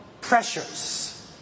pressures